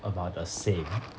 about the same